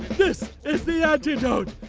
this is the antidote!